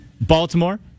Baltimore